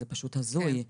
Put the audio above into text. זה פשוט הזוי לי,